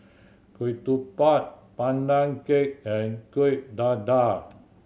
ketupat Pandan Cake and Kueh Dadar